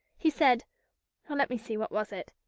he said let me see, what was it?